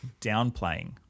downplaying